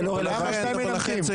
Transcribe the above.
--- יש כאן נבצרות וירטואלית.